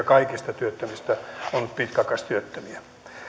kaikista työttömistä on pitkäaikaistyöttömiä